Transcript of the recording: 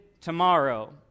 tomorrow